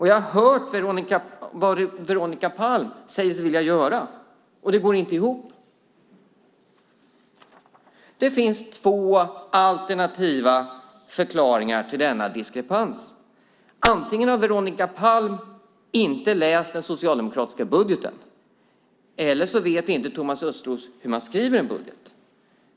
Jag har hört vad Veronica Palm säger sig vilja göra. Det går inte ihop. Det finns två alternativa förklaringar till denna diskrepans. Antingen har Veronica Palm inte läst den socialdemokratiska budgeten eller också vet Thomas Östros inte hur man skriver en budget.